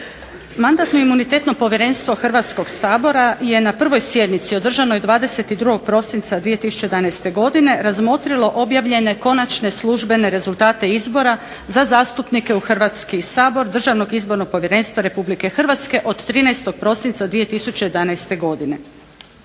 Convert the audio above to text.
Mandatno-imunitetno povjerenstvo Hrvatskog sabora je na 1. sjednici održanoj 22. prosinca 2011. godine razmotrilo objavljene konačne službene rezultate izbora za zastupnike u Hrvatski sabor Državnog izbornog povjerenstva Republike Hrvatske od 13. Prosinca 2011. Godine.